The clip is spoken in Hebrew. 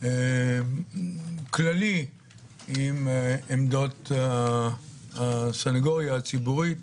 כללי עם עמדת הסנגוריה הציבורית.